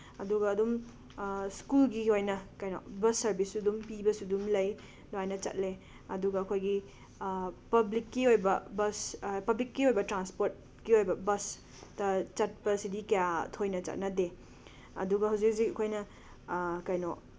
ꯑꯗꯨꯒ ꯑꯗꯨꯝ ꯁ꯭ꯀꯨꯜꯒꯤ ꯑꯣꯏꯅ ꯀꯩꯅꯣ ꯕꯁ ꯁꯔꯚꯤꯁꯁꯨ ꯑꯗꯨꯝ ꯄꯤꯕꯁꯨ ꯑꯗꯨꯝ ꯂꯩ ꯑꯗꯨꯃꯥꯏꯅ ꯆꯠꯂꯦ ꯑꯗꯨꯒ ꯑꯩꯈꯣꯏꯒꯤ ꯄꯕ꯭ꯂꯤꯛꯀꯤ ꯑꯣꯏꯕ ꯕꯁ ꯄꯕ꯭ꯂꯤꯛꯀꯤ ꯑꯣꯏꯕ ꯇ꯭ꯔꯥꯟꯁꯄꯣꯔꯠꯀꯤ ꯑꯣꯏꯕ ꯕꯁꯇ ꯆꯠꯄꯁꯤꯗꯤ ꯀꯌꯥ ꯊꯣꯏꯅ ꯆꯠꯅꯗꯦ ꯑꯗꯨꯒ ꯍꯧꯖꯤꯛ ꯍꯧꯖꯤꯛ ꯑꯩꯈꯣꯏꯅ ꯀꯩꯅꯣ